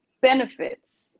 benefits